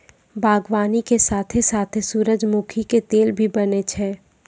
बागवानी के साथॅ साथॅ सूरजमुखी के तेल भी बनै छै